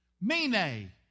mene